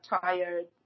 tired